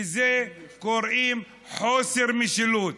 לזה קוראים חוסר משילות,